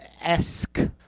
esque